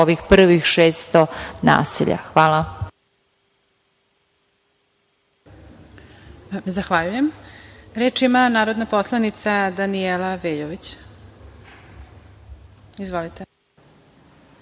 ovih prvih 600 naselja. Hvala.